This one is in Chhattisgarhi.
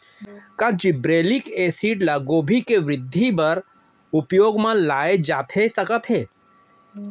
का जिब्रेल्लिक एसिड ल गोभी के वृद्धि बर उपयोग म लाये जाथे सकत हे?